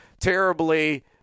Terribly